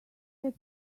had